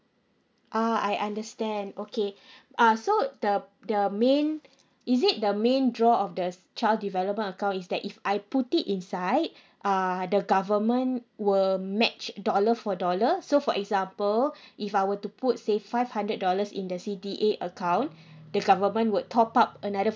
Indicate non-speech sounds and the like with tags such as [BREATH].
uh I understand okay [BREATH] uh so the the main is it the main draw of the s~ child develop account is that if I put it inside uh the government will match dollar for dollar so for example if I were to put say five hundred dollars in the C_D_A account the government would top up another